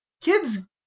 kids